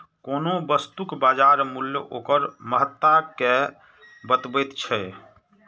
कोनो वस्तुक बाजार मूल्य ओकर महत्ता कें बतबैत छै